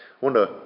wonder